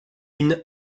une